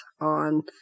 on